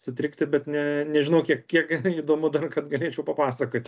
sutrikti bet ne nežinau kiek kiek įdomu dar kad galėčiau papasakot